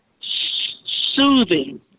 soothing